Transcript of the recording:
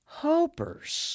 hopers